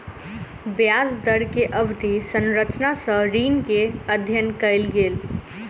ब्याज दर के अवधि संरचना सॅ ऋण के अध्ययन कयल गेल